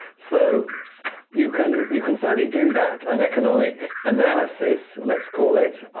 so you can you can certainly do that an economic analysis, let's call it,